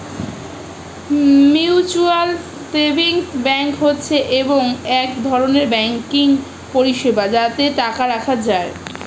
mutual savings bank হচ্ছে এক ধরনের ব্যাঙ্কিং পরিষেবা যাতে টাকা রাখা যায়